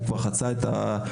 הוא כבר חצה את ה-60%.